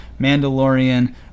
Mandalorian